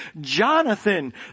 Jonathan